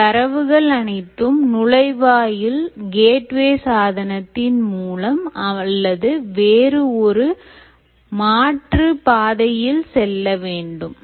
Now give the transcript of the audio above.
இந்த தரவுகள் அனைத்தும் நுழைவாயில் சாதனத்தின் மூலம் அல்லது வேறு ஒரு மாற்று பாதையில் செல்ல வேண்டும்